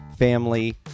family